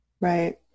Right